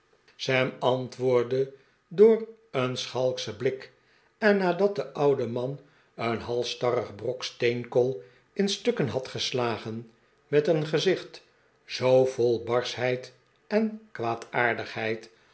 sam antwoordde door een schalkschen blik en nadat de oude man een halsstarrig brok steenkool in stukken had geslagen met een gezicht zoo vol barschheid en